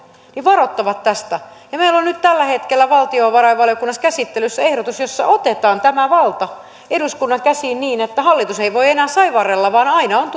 varoittavat tästä meillä on tällä hetkellä valtionvarainvaliokunnassa käsittelyssä ehdotus jossa otetaan tämä valta eduskunnan käsiin niin että hallitus ei voi enää saivarrella vaan aina on